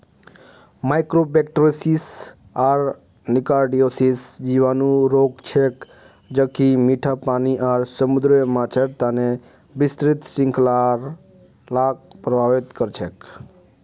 mycobacteriosis आर nocardiosis जीवाणु रोग छेक ज कि मीठा पानी आर समुद्री माछेर तना विस्तृत श्रृंखलाक प्रभावित कर छेक